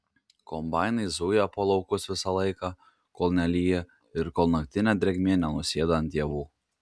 kombainai zuja po laukus visą laiką kol nelyja ir kol naktinė drėgmė nenusėda ant javų